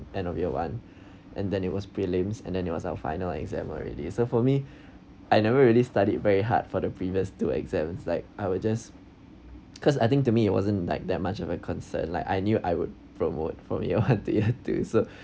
end of year one and then it was prelims and then it was our final exam already so for me I never really studied very hard for the previous two exams like I will just because I think to me it wasn't like that much of a concern like I knew I would promote from year one to year two so